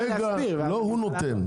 רגע, לא הוא נותן.